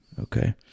okay